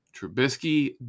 Trubisky